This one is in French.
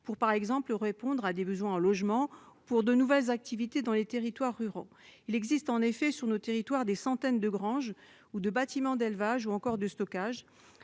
pour, par exemple, répondre à des besoins en logement ou créer de nouvelles activités dans les territoires ruraux. Il existe en effet, sur nos territoires, des centaines de granges, de bâtiments d'élevage ou encore de bâtiments